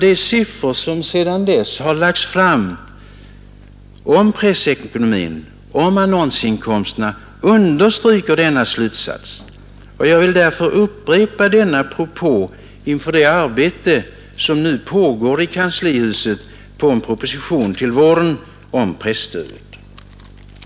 De siffror som sedan dess kommit fram om pressekonomin och annonsinkomsterna understryker denna slutsats. Jag vill därför här upprepa denna propå inför det arbete som nu pågår i kanslihuset på en proposition om presstödet som kan väntas fram mot våren.